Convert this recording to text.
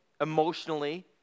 emotionally